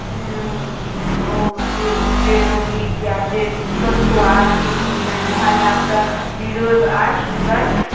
रो ओ जे रोगी या जे स्वस्थो आदमी ओहिमे नहयलासँ निरोग आ सुन्दर